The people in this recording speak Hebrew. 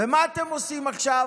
ומה אתם עושים עכשיו?